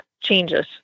changes